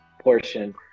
portion